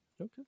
Okay